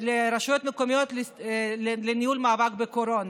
לרשויות מקומיות לניהול המאבק בקורונה.